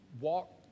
walk